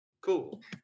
Cool